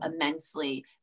immensely